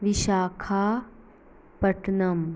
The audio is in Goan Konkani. विशाखापटनम